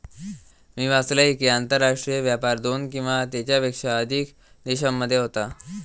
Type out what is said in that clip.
मी वाचलंय कि, आंतरराष्ट्रीय व्यापार दोन किंवा त्येच्यापेक्षा अधिक देशांमध्ये होता